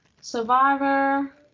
Survivor